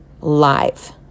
live